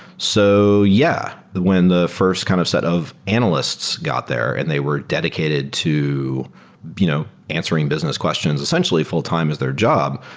so yeah. when the first kind of set of analysts got there and they were dedicated to you know answering business questions, essentially, full-time is their job,